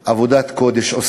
שעושים עבודת קודש.